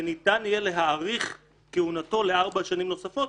וניתן יהיה להאריך כהונתו לארבע שנים נוספות,